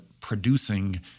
producing